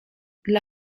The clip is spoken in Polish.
dla